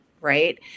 right